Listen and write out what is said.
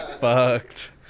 fucked